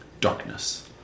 Darkness